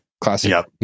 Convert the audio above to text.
classic